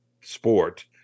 sport